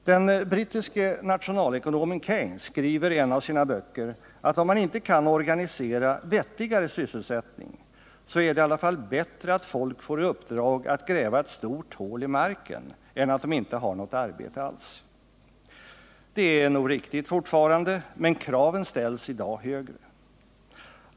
Den brittiske nationalekonomen Keynes skriver i en av sina böcker att om man inte kan organisera vettigare sysselsättning, så är det i alla fall bättre att folk får i uppdrag att gräva ett stort hål i marken än att de inte har något arbete alls. Det är nog riktigt fortfarande, men kraven ställs i dag högre.